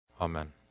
Amen